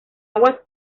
aguas